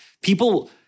People